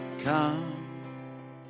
Come